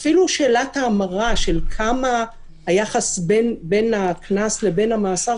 אפילו שאלת ההמרה של מה היחס בין הקנס למאסר